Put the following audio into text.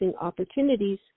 opportunities